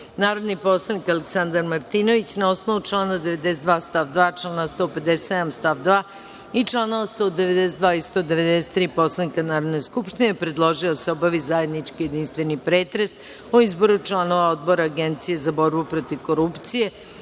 poslanik Aleksandar Martinović, na osnovu člana 92. stav 2, člana 157. stav 2. i čl. 192. i 193. Poslovnika Narodne skupštine, predložio je da se obavi zajednički jedinstveni pretres o Izboru članova Odbora Agencije za borbu protiv korupcije,